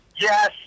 yes